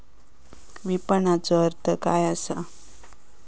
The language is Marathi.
विपणनचो अर्थ काय असा?